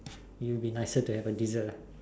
it'll be nicer to have a dessert